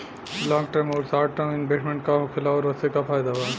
Long term आउर short term investment का होखेला और ओसे का फायदा बा?